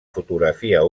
fotografia